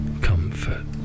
comfort